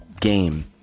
game